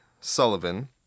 Sullivan